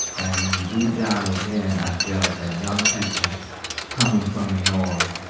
and deep down within i felt that young people coming from the north,